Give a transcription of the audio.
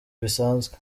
bisanzwe